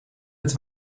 het